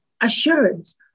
assurance